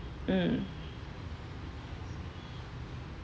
mm